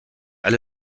alle